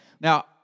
Now